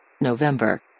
November